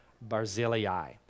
Barzillai